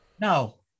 No